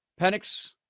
Penix